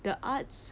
the arts